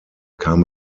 kam